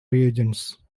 reagents